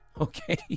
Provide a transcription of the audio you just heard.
Okay